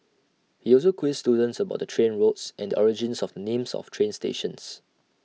he also quizzed students about the train routes and the origins of the names of train stations